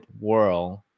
world